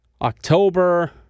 October